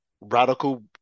radical